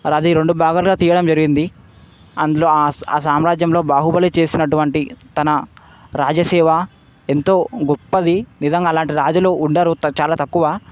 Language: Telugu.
అలాజి రెండు భాగాలుగా తీయడం జరిగింది అందులో ఆ సామ్రాజ్యంలో బాహుబలి చేసిన అటువంటి తన రాజసేవ ఎంతో గొప్పది నిజంగా అలాంటి రాజులు ఉండరు త చాలా తక్కువ